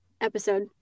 episode